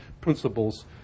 principles